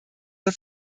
der